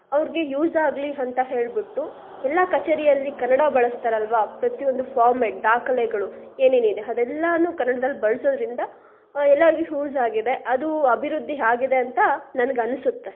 ಅವ್ರಿಗೆ ಯೂಸ್ ಆಗಲಿ ಅಂತ ಹೇಳಿಬಿಟ್ಟು ಎಲ್ಲ ಕಚೇರಿಯಲ್ಲಿ ಕನ್ನಡ ಬಳಸ್ತಾರಲ್ವಾ ಪ್ರತಿ ಒಂದು ಫಾಮೆಟ್ ದಾಖಲೆಗಳು ಏನೇನಿದೆ ಅದೆಲ್ಲಾ ಕನ್ನಡ್ದಲ್ಲಿ ಬಳಸೋದ್ರಿಂದ ಎಲ್ಲರಿಗೂ ಹ್ಯೂಸ್ ಆಗಿದೆ ಅದೂ ಅಭಿವೃದ್ಧಿ ಆಗಿದೆ ಅಂತ ನನ್ಗೆ ಅನಿಸುತ್ತೆ